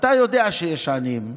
אתה יודע שיש עניים.